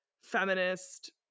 feminist